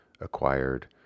acquired